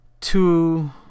two